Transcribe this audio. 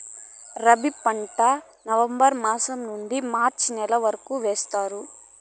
రబీ పంట నవంబర్ మాసం నుండీ మార్చి నెల వరకు వేస్తారు